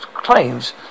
claims